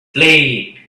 blade